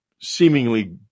seemingly